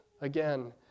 again